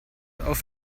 auf